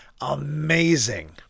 amazing